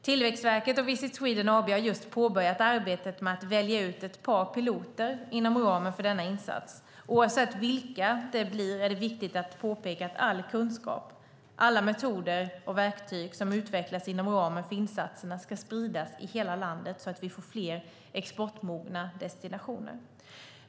Tillväxtverket och Visit Sweden AB har just påbörjat arbetet med att välja ut ett par piloter inom ramen för denna insats. Oavsett vilka det blir är det viktigt att påpeka att all kunskap, alla metoder och alla verktyg som utvecklas inom ramen för insatserna ska spridas i hela landet så att vi får fler exportmogna destinationer.